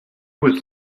was